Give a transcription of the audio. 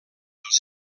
dels